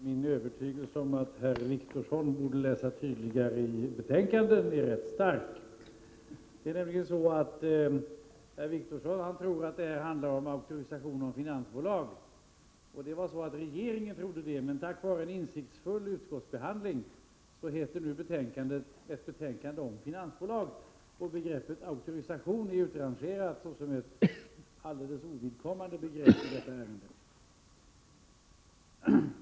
Herr talman! Min tro på jultomten är rätt svag, men min övertygelse om att herr Wictorsson borde läsa betänkandet mera noggrant är rätt stark. Herr Wictorsson tror nämligen att ärendet handlar om auktorisation av finansbolag. Regeringens proposition gjorde det, men tack vare en insiktsfull utskottsbehandling heter nu betänkandet ”om finansbolag”, och begreppet auktorisation är utrangerat såsom ett alldeles ovidkommande begrepp detta ärende.